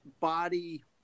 body